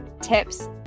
tips